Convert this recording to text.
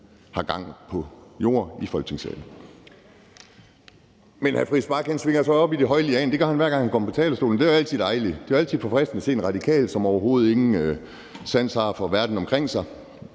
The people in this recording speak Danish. har gang på jord i Folketingssalen. Men hr. Christian Friis Bach svinger sig op i de høje lianer. Det gør han, hver gang han kommer på talerstolen. Det er altid dejligt og forfriskende at se en radikal, som overhovedet ingen sans har for verden omkring sig.